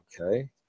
Okay